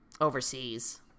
overseas